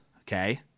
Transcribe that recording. okay